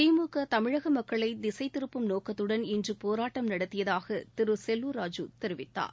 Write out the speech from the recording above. திமுகதமிழகமக்களைதிசைத்திருப்பும் நோக்கத்துடன் இன்றுபோராட்டம் நடத்தியதாகதிருசெல்லூர் ராஜு தெரிவித்தார்